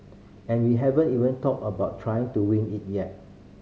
and we haven't even talked about trying to win it yet